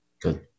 Good